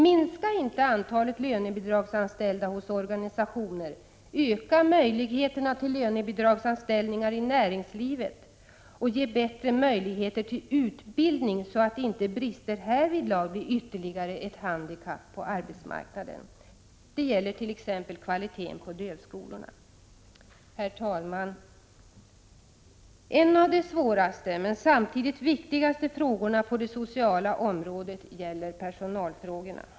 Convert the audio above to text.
Minska inte antalet lönebidragsanställda hos organisationer. Öka möjligheterna till lönebidragsanställningar i näringslivet. Ge bättre möjligheter till utbildning, så att inte brister härvidlag blir ytterligare ett handikapp på arbetsmarknaden. Det gäller t.ex. kvaliteten på dövskolorna. Herr talman! En av de svåraste men samtidigt viktigaste frågorna på det sociala området är personalfrågorna.